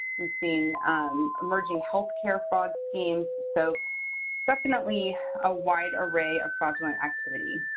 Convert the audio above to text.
we've seen emerging healthcare fraud teams. so definitely a wide array of fraudulent activity.